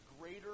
greater